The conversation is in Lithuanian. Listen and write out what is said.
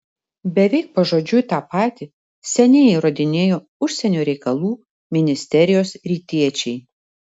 beveik pažodžiui tą patį seniai įrodinėjo užsienio reikalų ministerijos rytiečiai